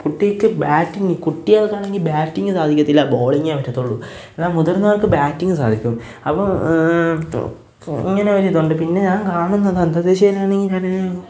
പുട്ടീറ്റ് batting കുട്ടികള്ക്കാണെങ്കില് batting സാധിക്കത്തില്ല ബോളിങ്ങേ പറ്റത്തുള്ളൂ എന്നാൽ മുതിര്ന്നവര്ക്ക് ബാറ്റിങ്ങ് സാധിക്കും അപ്പോൾ ഇങ്ങനൊരിതുണ്ട് പിന്നെ ഞാന് കാണുന്നത് അന്തദേശീയിനാണെങ്ങി ഞാൻ